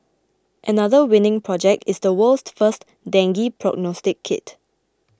another winning project is the world's first dengue prognostic kit